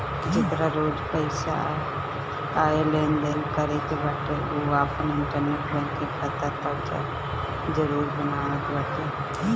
जेकरा रोज पईसा कअ लेनदेन करे के बाटे उ आपन इंटरनेट बैंकिंग खाता तअ जरुर बनावत बाटे